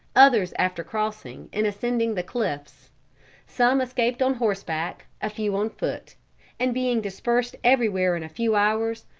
others after crossing, in ascending the cliffs some escaped on horseback, a few on foot and being dispersed everywhere in a few hours,